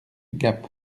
gap